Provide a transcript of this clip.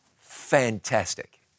fantastic